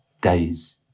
days